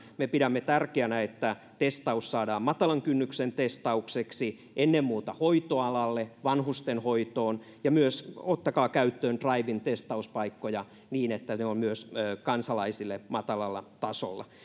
me pidämme tärkeänä että testaus saadaan matalan kynnyksen testaukseksi ennen muuta hoitoalalle vanhustenhoitoon ja ottakaa käyttöön myös drive in testauspaikkoja niin että ne ovat myös kansalaisille matalalla tasolla